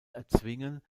erzwingen